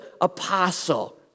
apostle